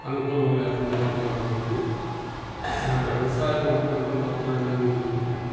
అనుకూలం లేకుండా ఉంది కాబట్టి వ్యవసాయం అంతంత మాత్రానే ఉంది ఈసారి